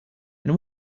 and